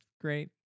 great